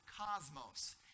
cosmos